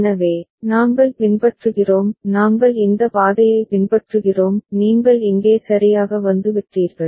எனவே நாங்கள் பின்பற்றுகிறோம் நாங்கள் இந்த பாதையை பின்பற்றுகிறோம் நீங்கள் இங்கே சரியாக வந்துவிட்டீர்கள்